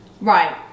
Right